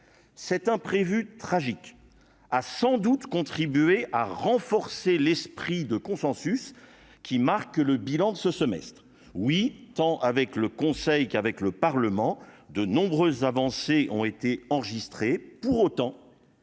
cet imprévu tragique a sans doute contribué à renforcer l'esprit de consensus qui marque le bilan de ce semestre oui tant avec le conseil qu'avec le Parlement, de nombreuses avancées ont été enregistrées pour autant.